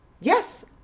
Yes